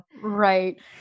Right